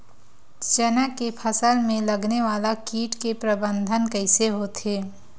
चना के फसल में लगने वाला कीट के प्रबंधन कइसे होथे?